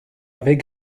avait